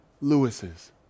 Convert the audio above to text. Lewis's